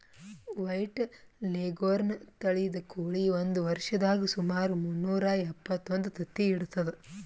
white leghorn ತಳಿದ್ ಕೋಳಿ ಒಂದ್ ವರ್ಷದಾಗ್ ಸುಮಾರ್ ಮುನ್ನೂರಾ ಎಪ್ಪತ್ತೊಂದು ತತ್ತಿ ಇಡ್ತದ್